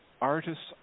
artist's